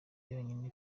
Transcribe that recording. yonyine